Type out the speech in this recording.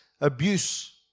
abuse